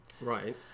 Right